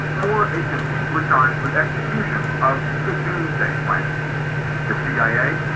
four agencies were charged with execution of the doomsday plan the cia,